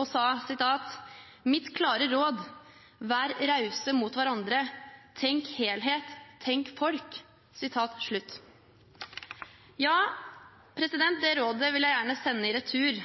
og sa: Vær rause mot hverandre, tenk helhet, tenk folk! Det rådet vil jeg gjerne sende i retur.